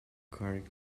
current